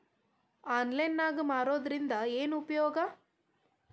Online ನಾಗ್ ಮಾರೋದ್ರಿಂದ ಏನು ಉಪಯೋಗ?